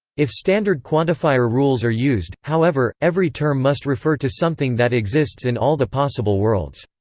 if standard quantifier rules are used, however, every term must refer to something that exists in all the possible worlds.